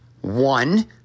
One